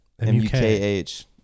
m-u-k-h